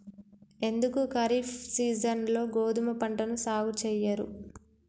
ఎందుకు ఖరీఫ్ సీజన్లో గోధుమ పంటను సాగు చెయ్యరు?